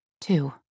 Two